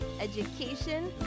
education